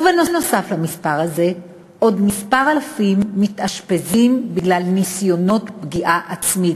ונוסף למספר הזה עוד כמה אלפים מתאשפזים בגלל ניסיונות פגיעה עצמית,